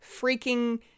freaking